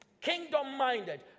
kingdom-minded